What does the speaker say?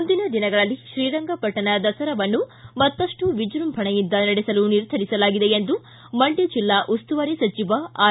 ಮುಂದಿನ ದಿನಗಳಲ್ಲಿ ಶ್ರೀರಂಗಪಟ್ಟಣ ದಸರಾವನ್ನು ಮತ್ತಷ್ಟು ವಿಜೃಂಭಣೆಯಿಂದ ನಡೆಸಲು ನಿರ್ಧರಿಸಲಾಗಿದೆ ಎಂದು ಮಂಡ್ಯ ಜೆಲ್ಲಾ ಉಸ್ತುವಾರಿ ಸಚಿವ ಆರ್